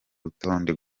rutonde